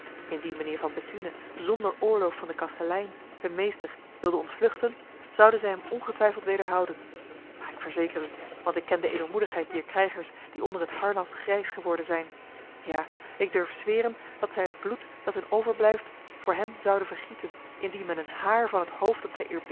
indien mijnheer van bethune zonder oorlof van de kastelein hun meester wilde ontvluchten zouden zij hem ongetwijfeld wederhouden maar ik verzeker u want ik ken de edelmoedigheid dier krijgers die onder het harnas grijs geworden zijn ja ik durf zweren dat zij het bloed dat hun overblijft voor hem zouden vergieten indien men een haar van het hoofd dat zij